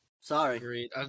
Sorry